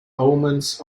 omens